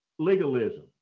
Legalism